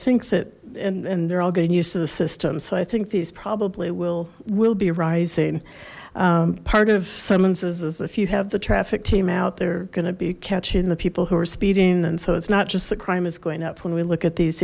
think that and they're all getting used to the system so i think these probably will will be rising part of summonses is if you have the traffic team out they're going to be catching the people who are speeding and so it's not just the crime is going up when we look at these